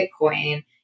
Bitcoin